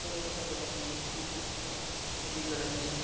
ಪರ್ವತಗಳಲ್ಲಿ ಭೂಕುಸಿತ ನದಿಗಳಲ್ಲಿ